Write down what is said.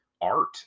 art